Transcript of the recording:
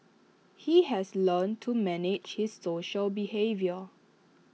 he has learnt to manage his social behaviour